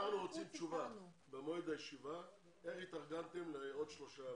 אנחנו רוצים תשובה במועד הישיבה איך התארגנתם לעוד שלושה מרכזי קליטה.